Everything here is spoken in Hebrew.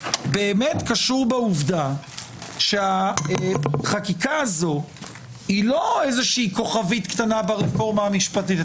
באמת קשור בעובדה שהחקיקה הזאת לא כוכבית קטנה ברפורמה המשפטית,